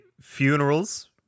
funerals